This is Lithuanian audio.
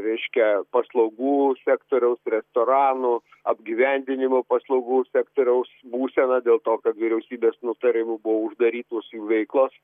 reiškia paslaugų sektoriaus restoranų apgyvendinimo paslaugų sektoriaus būseną dėl to kad vyriausybės nutarimu buvo uždarytos jų veiklos